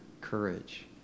courage